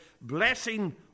blessing